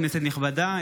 כנסת נכבדה,